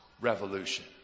revolution